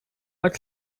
but